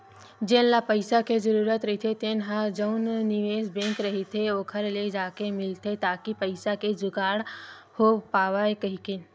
जेन ल पइसा के जरूरत रहिथे तेन ह जउन निवेस बेंक रहिथे ओखर ले जाके मिलथे ताकि पइसा के जुगाड़ हो पावय कहिके